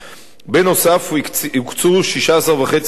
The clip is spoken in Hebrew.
נוסף על כך הוקצו 16.5 מיליון שקלים